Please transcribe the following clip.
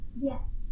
Yes